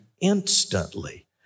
instantly